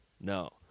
No